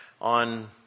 on